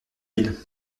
ville